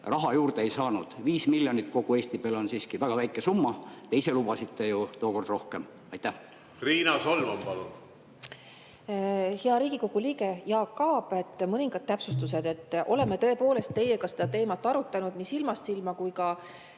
raha juurde ei saanud. 5 miljonit kogu Eesti peale on siiski väga väike summa. Te ise lubasite ju tookord rohkem. Riina Solman, palun! Riina Solman, palun! Hea Riigikogu liige Jaak Aab! Mõningad täpsustused. Me oleme tõepoolest teiega seda teemat arutanud nii silmast silma kui ka